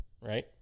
right